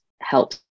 helps